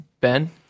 Ben